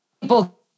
people